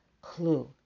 clue